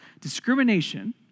discrimination